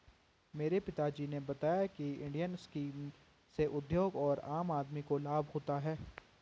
मेरे पिता जी ने बताया की इंडियन स्कीम से उद्योग और आम आदमी को लाभ होता है